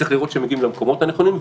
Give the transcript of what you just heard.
צריך לראות שהם מגיעים למקומות הנכונים,